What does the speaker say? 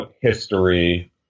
history